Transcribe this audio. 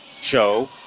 show